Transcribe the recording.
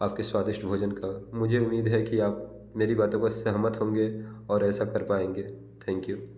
आप के स्वादिष्ट भोजन का मुझे उम्मीद है कि आप मेरी बातों का सहमत होंगे और ऐसा कर पाएंगे थैंक यू